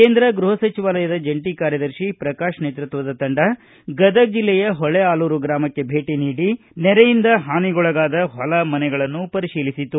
ಕೇಂದ್ರ ಗೃಹ ಸಚಿವಾಲಯದ ಜಂಟಿ ಕಾರ್ಯದರ್ಶಿ ಪ್ರಕಾಶ ನೇತೃತ್ವದ ತಂಡ ಗದಗ ಜಿಲ್ಲೆಯ ಹೊಳೆಆಲೂರ ಗ್ರಾಮಕ್ಕೆ ಬೇಟಿ ನೀಡಿ ನೆರೆಯಿಂದ ಹಾನಿ ಗೊಳಗಾದ ಹೊಲ ಮನೆಗಳನ್ನು ಪರಿಶೀಲಿಸಿತು